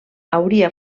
hauria